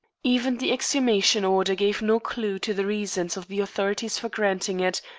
even the exhumation order gave no clue to the reasons of the authorities for granting it,